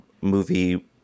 movie